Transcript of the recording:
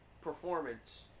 performance